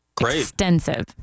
extensive